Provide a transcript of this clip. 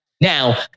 Now